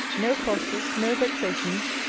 no crosses, no vexations,